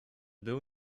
był